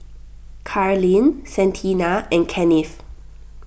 Carlene Santina and Kennith